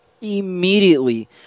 Immediately